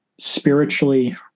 spiritually